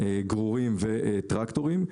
גרורים וטרקטורים,